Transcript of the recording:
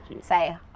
say